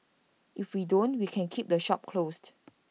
if we don't we can keep the shop closed